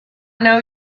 know